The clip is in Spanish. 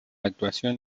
actuación